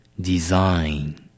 Design